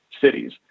cities